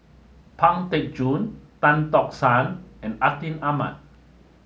Pang Teck Joon Tan Tock San and Atin Amat